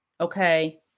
Okay